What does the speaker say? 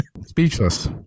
Speechless